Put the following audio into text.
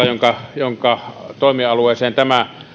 jonka jonka toimialueeseen tämä